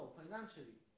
financially